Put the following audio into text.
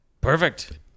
Perfect